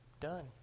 Done